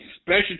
special